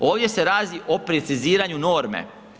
Ovdje se radi o preciziranju norme.